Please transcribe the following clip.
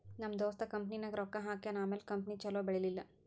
ನಮ್ ದೋಸ್ತ ಕಂಪನಿನಾಗ್ ರೊಕ್ಕಾ ಹಾಕ್ಯಾನ್ ಆಮ್ಯಾಲ ಕಂಪನಿ ಛಲೋ ಬೆಳೀಲಿಲ್ಲ